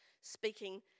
speaking